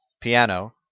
piano